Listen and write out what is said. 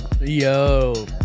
Yo